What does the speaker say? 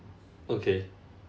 okay